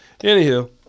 Anywho